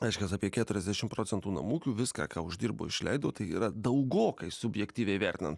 reiškias apie keturiasdešim procentų namų ūkių viską ką uždirbo išleido tai yra daugokai subjektyviai vertinant